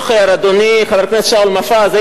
אדוני חבר הכנסת שאול מופז,